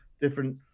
different